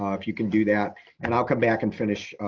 um if you can do that and i'll come back and finish